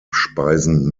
speisen